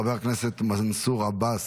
חבר הכנסת מנסור עבאס,